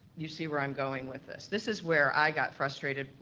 you see where i'm going with this. this is where i got frustrated,